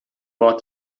war